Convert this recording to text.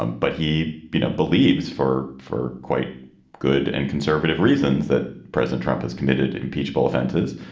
um but he you know believes for for quite good and conservative reasons that president trump has committed impeachable offenses.